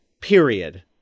period